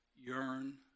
yearn